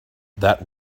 that